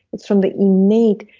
it's from the innate,